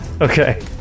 Okay